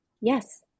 Yes